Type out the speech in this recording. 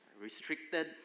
restricted